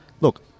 Look